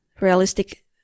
realistic